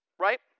right